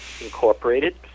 Incorporated